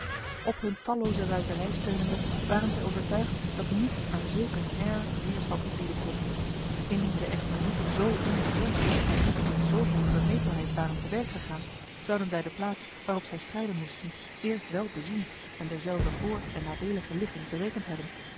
op hun talloze ruiterij steunende waren zij overtuigd dat niets aan zulk een heir weerstand bieden kon indien zij echter niet zo onbezonnen en niet met zoveel vermetelheid waren te werk gegaan zouden zij de plaats waarop zij strijden moesten eerst wel bezien en derzelver voor en nadelige ligging berekend hebben